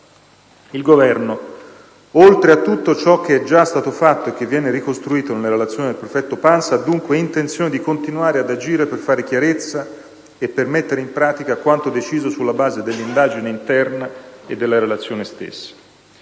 Il Governo, oltre a tutto ciò che è già stato fatto e che viene ricostruito nella relazione del prefetto Pansa, ha dunque intenzione di continuare ad agire per fare chiarezza e per mettere in pratica quanto deciso sulla base dell'indagine interna e della relazione stessa.